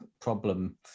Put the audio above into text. problem